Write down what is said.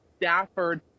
Stafford